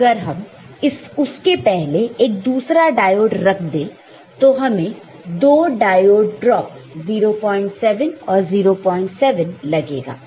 तो अब अगर हम उसके पहले एक दूसरा डायोड रख दे तो हमें दो डायोड ड्रॉपस 07 और 07 लगेगा